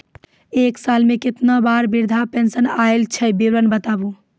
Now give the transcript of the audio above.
एक साल मे केतना बार वृद्धा पेंशन आयल छै विवरन बताबू?